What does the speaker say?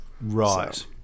Right